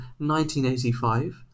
1985